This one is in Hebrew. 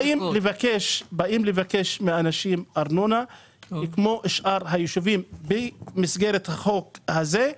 באים לבקש מאנשים לשלם ארנונה כמו שאר היישובים במסגרת החוק הזה.